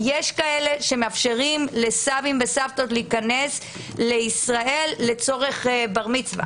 יש כאלה שמאפשרים לסבים וסבתות להיכנס לישראל לצורך בר מצווה.